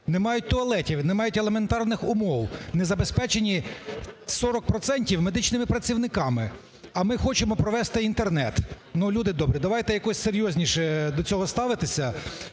не мають туалетів, не мають елементарних умов, не забезпечені 40 процентів медичними працівниками, а ми хочемо провести Інтернет. Ну, люди добрі, давайте якось серйозніше до цього ставитися.